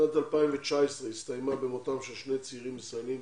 שנת 2019 הסתיימה במותם של שני צעירים ישראלים